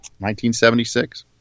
1976